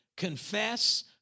Confess